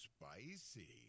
Spicy